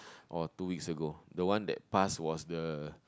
or two weeks ago the one that pass was the